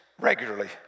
regularly